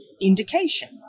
indication